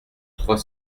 trois